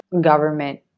government